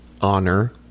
Honor